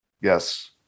yes